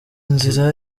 inzira